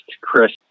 Chris